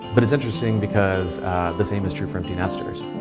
but it's interesting because this aim is true for empty nesters.